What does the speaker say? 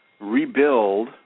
rebuild